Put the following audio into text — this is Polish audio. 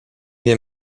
wie